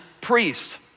priest